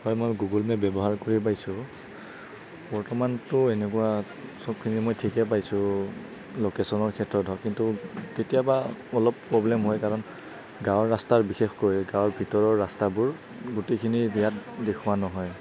হয় মই Google map ব্যৱহাৰ কৰি পাইছোঁ বৰ্তমানতো এনেকুৱা চবখিনি মই ঠিকেই পাইছোঁ ল'কেচনৰ ক্ষেত্ৰত হওঁক কিন্তু কেতিয়াবা অলপ প্ৰবলেম হয় কাৰণ গাঁৱৰ ৰাস্তাৰ বিশেষকৈ গাঁৱৰ ভিতৰৰ ৰাস্তাবোৰ গোটেইখিনি ইয়াত দেখুওৱা নহয়